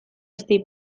ezti